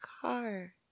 car